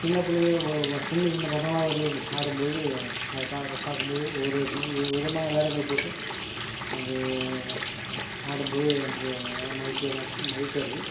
சின்ன பிள்ளைங்க சின்ன சின்ன பசங்கள்லாம் ஒரு ஆடும்போது அதை பார்க்கு பார்க்கும்போது ஒரு ஒரு விதமாக வேடங்கள் போட்டு அது ஆடும்போது நமக்கு நல்ல மகிழ்ச்சியாகதான் இருக்கும் மகிழ்ச்சியாக இருக்குது